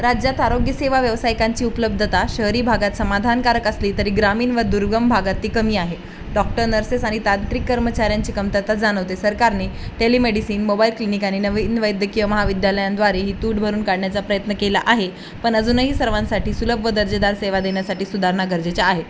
राज्यात आरोग्यसेवा व्यावसायिकांची उपलब्धता शहरी भागात समाधानकारक असली तरी ग्रामीण व दुर्गम भागात ती कमी आहे डॉक्टर नर्सेस आणि तांत्रिक कर्मचाऱ्यांची कमतरता जाणवते सरकारने टेलिमेडसिन मोबाईल क्लिनिक आणि नवीन वैद्यकीय महाविद्यालयांद्वारे ही तूट भरून काढण्याचा प्रयत्न केला आहे पण अजूनही सर्वांसाठी सुलभ आणि दर्जेदार सेवा देण्यासाठी सुधारणा गरजेच्या आहे